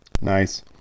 Nice